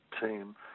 team